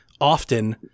often